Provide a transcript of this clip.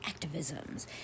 activisms